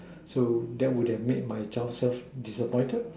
so that would have made my job self disappointed